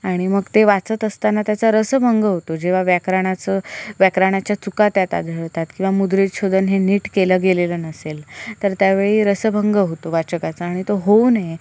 आणि मग ते वाचत असताना त्याचा रसभंग होतो जेव्हा व्याकरणाचं व्याकरणाच्या चुका त्यात आढळतात किंवा मुद्रितशोधन हे नीट केलं गेलेलं नसेल तर त्यावेळी रसभंग होतो वाचकाचा आणि तो होऊ नये